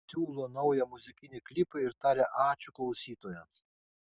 siūlo naują muzikinį klipą ir taria ačiū klausytojams